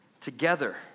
together